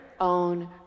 own